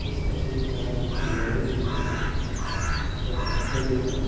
त्यसपछि चार्ज हुन नै छोड्यो र मैले